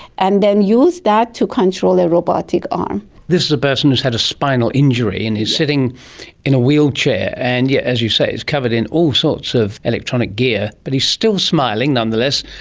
and then use that to control a robotic arm this is a person who's had a spinal injury and is sitting in a wheelchair and, yeah as you say, is covered in all sorts of electronic gear but he's still smiling, nonetheless,